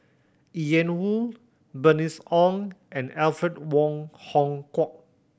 Ian Woo Bernice Ong and Alfred Wong Hong Kwok